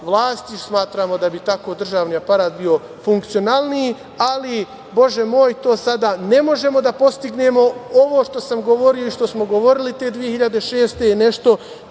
vlasti, smatramo da bi tako državni aparat bio funkcionalniji, ali, Bože moj, to sad ne možemo da postignemo. Ovo što sam govorio i što smo govorili te 2006. godine